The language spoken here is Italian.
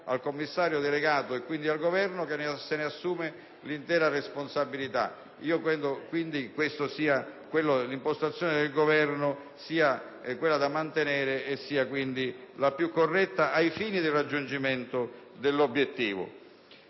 al commissario delegato e quindi al Governo, che se ne assume l'intera responsabilità. L'impostazione del Governo è pertanto quella da mantenere e quindi la più corretta ai fini del raggiungimento dell'obiettivo.